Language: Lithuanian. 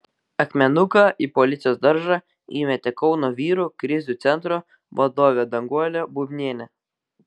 akmenuką į policijos daržą įmetė kauno vyrų krizių centro vadovė danguolė bubnienė